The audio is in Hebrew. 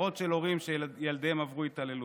עשרות הורים שילדיהם עברו התעללות,